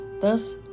Thus